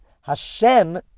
Hashem